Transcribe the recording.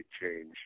change